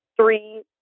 three